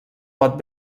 pot